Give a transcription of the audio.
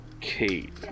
Kate